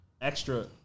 extra